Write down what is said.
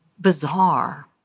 bizarre